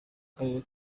karere